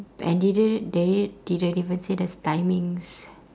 and didn't they didn't even say there's timings